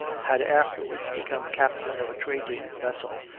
had afterwards become captain of a trading vessel,